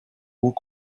haut